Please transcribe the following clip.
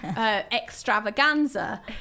extravaganza